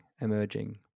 emerging